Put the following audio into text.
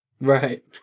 right